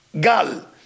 Gal